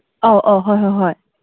ꯑꯧ ꯑꯧ ꯍꯣꯏ ꯍꯣꯏ ꯍꯣꯏ